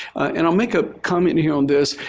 and i'll make a comment here on this.